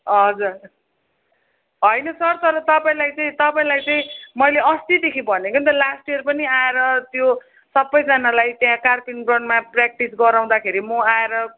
हजुर होइन सर तर तपाईँलाई चाहिँ तपाईँले चाहिँ मैले अस्तिदेखि भनेको नि त लास्ट इयर पनि आएर त्यो सबैजनालाई त्यहाँ कारपिन ग्राउन्डमा प्र्याक्टिस गराउँदाखेरि म आएर